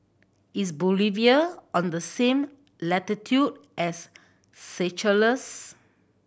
is Bolivia on the same latitude as Seychelles